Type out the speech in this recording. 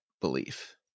belief